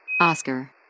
Oscar